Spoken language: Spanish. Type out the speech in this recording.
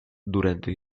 durante